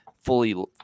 fully